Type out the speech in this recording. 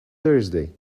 thursday